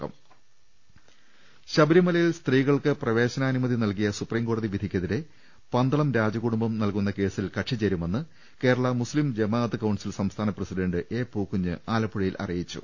രംഗമ്പ്പെടു ശബരിമലയിൽ സ്ത്രീകൾക്ക് പ്രവേശനാനുമതി നൽകിയ സുപ്രീംകോ ടതി വിധിക്കെതിരെ പന്തളം രാജകുടുംബം നൽകുന്ന കേസിൽ കക്ഷിചേ രുമെന്ന് കേരള മുസ്സിം ജമാഅത്ത് കൌൺസിൽ സംസ്ഥാന പ്രസിഡന്റ് എ പൂക്കുഞ്ഞ് ആലപ്പുഴയിൽ അറിയിച്ചു